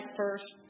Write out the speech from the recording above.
first